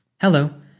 Hello